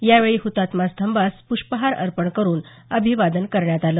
यावेळी हुतात्मा स्तभांस प्रष्पहार अर्पण करून अभिवादन करण्यात आलं